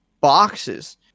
boxes